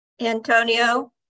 Antonio